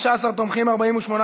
הזאת לא התקבלה.